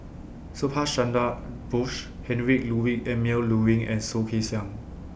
Subhas Chandra Bose Heinrich Ludwig Emil Luering and Soh Kay Siang